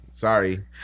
Sorry